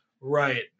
right